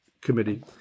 Committee